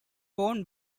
worn